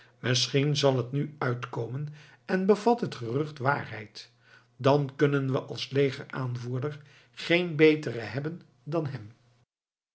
misschien zal het nu uitkomen en bevat het gerucht waarheid dan kunnen we als leger aanvoerder geen beteren hebben dan hem